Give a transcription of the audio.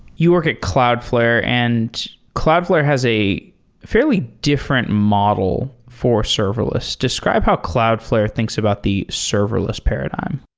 you work at cloudflare, and cloudflare has a fairly different model for serverless. describe how cloudflare thinks about the serverless paradigm.